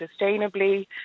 sustainably